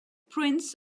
prints